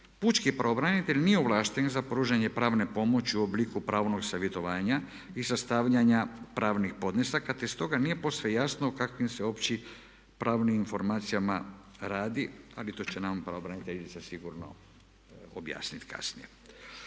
Pučki pravobranitelj nije ovlašten za pružanje pravne pomoći u obliku pravnog savjetovanja i sastavljanja pravnih podnesaka te stoga nije posve jasno o kakvim se općim pravnim informacijama radi ali to će nam pravobraniteljica sigurno objasniti kasnije.